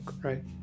right